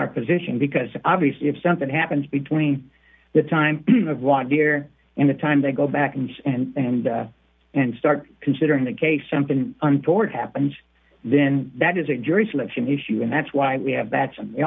our position because obviously if something happens between the time of want gear and the time they go back and and and start considering the case something untoward happens then that is a jury selection issue and that's why we have